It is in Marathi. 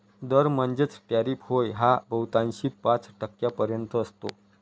दर म्हणजेच टॅरिफ होय हा बहुतांशी पाच टक्क्यांपर्यंत असतो